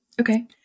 Okay